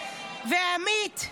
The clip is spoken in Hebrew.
ועמית,